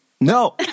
No